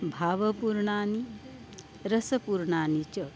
भावपूर्णानि रसपूर्णानि च